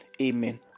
amen